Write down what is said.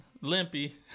limpy